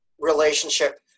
relationship